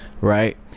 Right